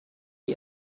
die